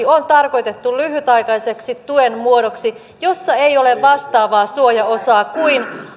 on tarkoitettu lyhytaikaiseksi tuen muodoksi jossa ei ole vastaavaa suojaosaa kuin